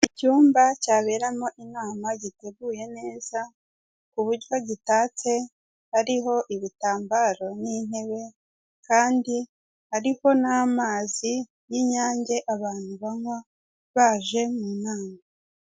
Icyumba cyaberemo inama giteguye neza kuburyo gitatse harimo ibitambaro, n'intebe kandi hariho n'amazi y'inyange abantu banywa baje mu inama.